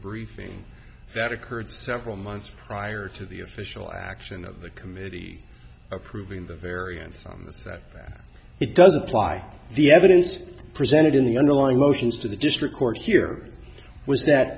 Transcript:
briefing that occurred several months prior to the official action of the committee approving the variance on the sat that it doesn't apply the evidence presented in the underlying motions to the district court here was that